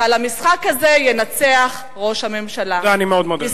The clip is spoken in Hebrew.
ועל המשחק הזה ינצח ראש הממשלה.